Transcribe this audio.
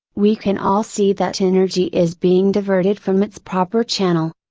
we can all see that energy is being diverted from its proper channel.